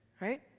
right